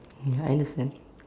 ya I understand